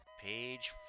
Page